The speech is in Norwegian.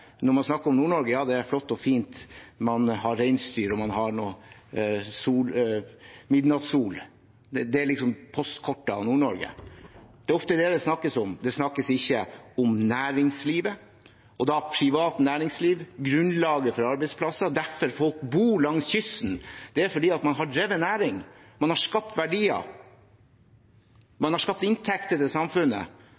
når man snakker om Nord-Norge: ja, det er flott og fint, man har reinsdyr og noe midnattssol. Det er liksom postkortet av Nord-Norge. Det er ofte det det snakkes om. Det snakkes ikke om næringslivet, og da det private næringslivet, grunnlaget for arbeidsplasser og grunnen til at folk bor langs kysten. Det er fordi man har drevet næring, man har skapt verdier,